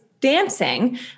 dancing